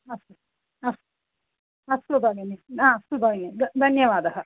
अस्तु अस्तु अस्तु भगिनी अस्तु भगिनी धन्यवादः